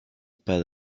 pas